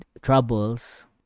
troubles